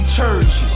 churches